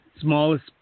smallest